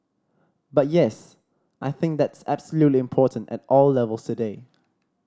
but yes I think that's absolutely important at all levels today